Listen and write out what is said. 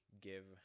give